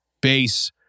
bass